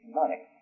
money